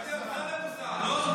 אמסלם הוא שר, לא?